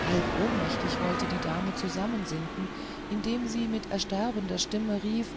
halb ohnmächtig wollte die dame zusammensinken indem sie mit ersterbender stimme rief